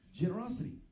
Generosity